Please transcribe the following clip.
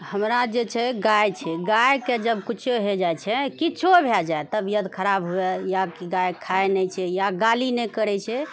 हमरा जे छै गाय छै गायके जब किछु होए जाइत छै किछु भए जाए तऽ तबियत खराब हुए या कि गाय खाइत नहि छै या गाली नहि करैत छै